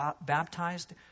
baptized